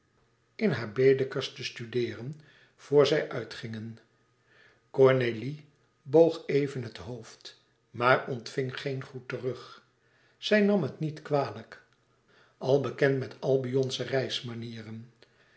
in haar baedekers te studeeren vor zij uit gingen cornélie boog even het hoofd maar ontving geen groet terug zij nam het niet kwalijk al bekend met albionsche reismanieren